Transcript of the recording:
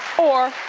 or,